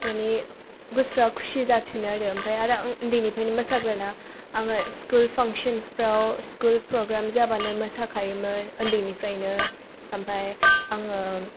माने गोसोआ खुसि जाफिनो आरो ओमफाय आं उन्दैनिफ्रायनो मोसाग्राना आङो स्कुल फांसनसफ्राव स्कुल प्रग्राम जाबानो मोसाखायोमोन उन्दैनिफ्रायनो ओमफाय आङो